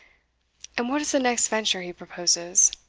and what is the next venture he proposes?